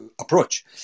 approach